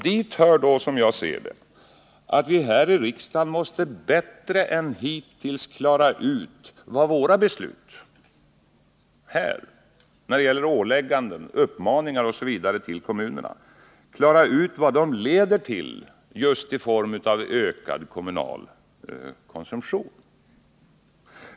Dit hör, som jag ser det, att vi i riksdagen bättre än hittills måste klara ut vad våra beslut när det gäller ålägganden och uppmaningar till kommunerna leder till i form av ökad kommunal konsumtion.